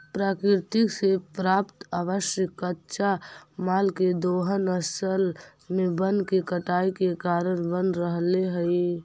प्रकृति से प्राप्त आवश्यक कच्चा माल के दोहन असल में वन के कटाई के कारण बन रहले हई